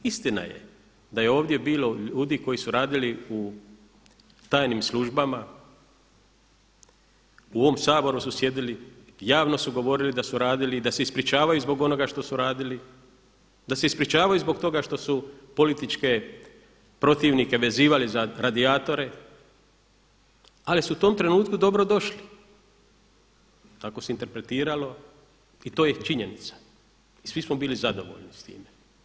Istina je da je ovdje bilo ljudi koji su radili u tajnim službama, u ovom Saboru su sjedili, javno su govorili da su radili i da se ispričavaju zbog onoga što su radili, da se ispričavaju zbog toga što su političke protivnike vezivali za radijatore, ali su u tom trenutku dobro došli, tako se interpretiralo i to je činjenica i svi smo bili zadovoljni sa time.